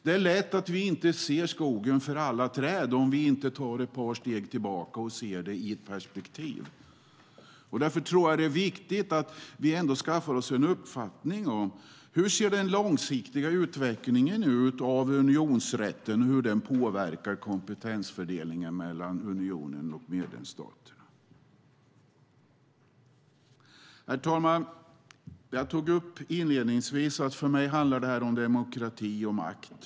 Det är lätt att vi inte ser skogen för alla träd om vi inte tar ett par steg tillbaka och ser det i ett perspektiv. Därför tror jag att det är viktigt att vi ändå skaffar oss en uppfattning om hur den långsiktiga utvecklingen av unionsrätten ser ut och hur den påverkar kompetensfördelningen mellan unionen och medlemsstaterna. Herr talman! Jag tog inledningsvis upp att för mig handlar det här om demokrati och makt.